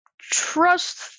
trust